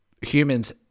humans